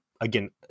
again